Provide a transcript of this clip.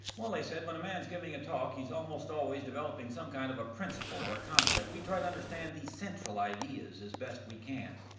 well they said when a man's giving a talk he's almost always developing some kind of a principle or concept, we try to understand the central ideas as best we can.